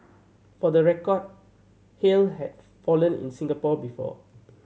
for the record hail have fallen in Singapore before